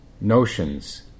notions